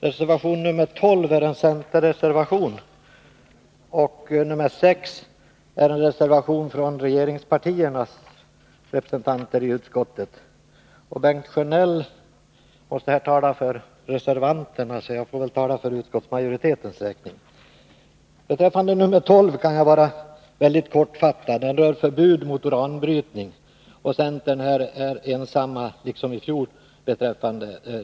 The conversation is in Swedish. Reservation 12 är en centerreservation, och reservation 6 har avgivits av regeringspartiernas representanter i utskottet. Bengt Sjönell skall här tala för reservanternas räkning, så jag får väl tala Beträffande reservation 12 som rör förbud mot uranbrytning skall jag vara mycket kortfattad.